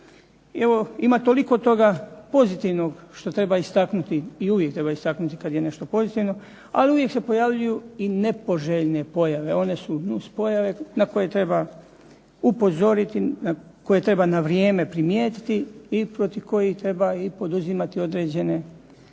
ima toliko toga pozitivnog što treba istaknuti i uvijek treba istaknuti kad je nešto pozitivno, ali uvijek se pojavljuju i nepoželjne pojave. One su nus pojave na koje treba upozoriti, koje treba na vrijeme primijetiti i protiv kojih treba i poduzimati određene